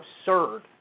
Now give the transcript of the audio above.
absurd